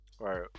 Right